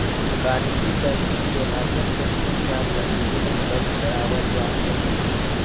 वाणिज्यिक बैंकिंग के माध्यम से विभिन्न काम लगी ऋण उपलब्ध करावल जा हइ